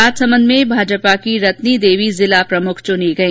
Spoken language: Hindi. राजसमंद में भाजपा की रतनी देवी जिला प्रमुख चुनी गई